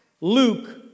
Luke